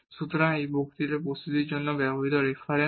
সুতরাং এই বক্তৃতা প্রস্তুতির জন্য ব্যবহৃত রেফারেন্স